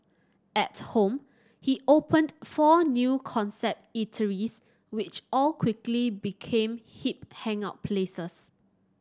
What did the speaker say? at home he opened four new concept eateries which all quickly became hip hangout places